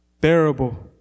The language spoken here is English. bearable